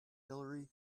hillary